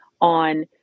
on